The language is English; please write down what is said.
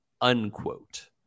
unquote